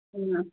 होनना